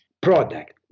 product